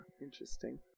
Interesting